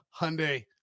Hyundai